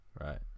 right